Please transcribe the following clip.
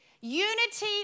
Unity